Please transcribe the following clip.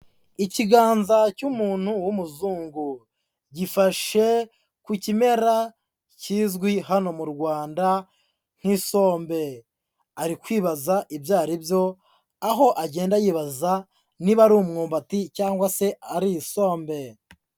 Ikiganza cy'umuntu w'umuzungu, gifashe ku kimera kizwi hano mu Rwanda nk'isombe, ari kwibaza ibyo ari byo, aho agenda yibaza niba ari umwumbati cyangwa se ari isombe.